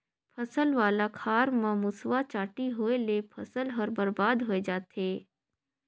फसल वाला खार म मूसवा, चांटी होवयले फसल हर बरबाद होए जाथे